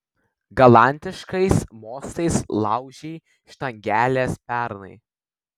galantiškais mostais laužei štangeles pernai